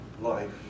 life